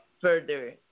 further